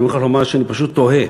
אני מוכרח לומר שאני פשוט תוהה.